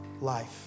life